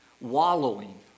wallowing